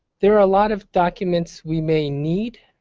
there are a lot of documents we may need